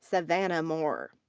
savannah moore.